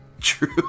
True